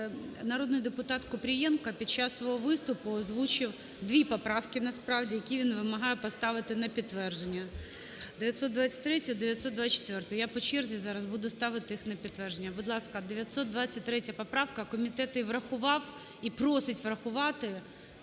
Народний депутат Купрієнко під час свого виступу озвучив дві поправки насправді, які він вимагає поставити на підтвердження – 923-я, 924-а. Я по черзі зараз буду ставити їх на підтвердження. Будь ласка, 923 поправка. Комітет її врахував і просить врахувати.